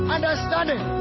Understanding